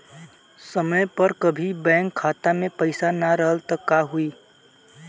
समय पर कभी बैंक खाता मे पईसा ना रहल त का होई?